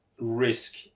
risk